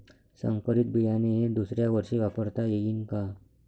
संकरीत बियाणे हे दुसऱ्यावर्षी वापरता येईन का?